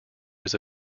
was